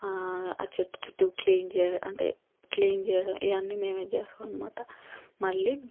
ఆ చెట్టు చుట్టూ క్లీన్ చేయడం అంటే క్లీన్ చేయడం ఇవన్నీ మేమే చేస్తాం అనమాట మళ్ళీ